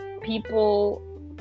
people